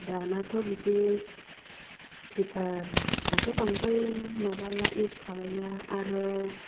दानाथ' बिदि पेपारखौथ' बांद्राय माबाला इउस खालायला आरो